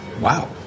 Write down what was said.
Wow